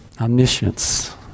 omniscience